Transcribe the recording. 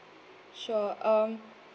sure um